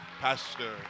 pastor